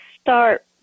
start